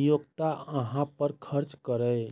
नियोक्ता अहां पर खर्च करैए